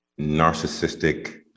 narcissistic